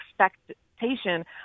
expectation